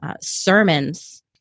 sermons